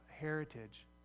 heritage